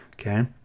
Okay